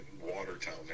Watertown